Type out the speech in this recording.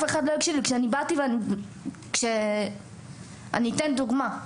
אתן דוגמה.